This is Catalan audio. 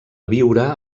viure